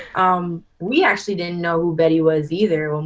um we actually didn't know who betty was either.